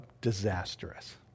disastrous